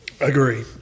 Agree